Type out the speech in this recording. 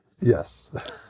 Yes